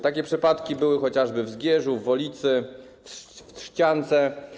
Takie przypadki były chociażby w Zgierzu, w Wolicy, w Trzciance.